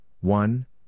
one